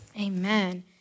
Amen